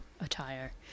attire